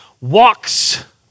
walks